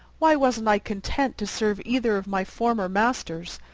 why wasn't i content to serve either of my former masters,